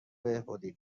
بهبودی